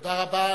תודה רבה.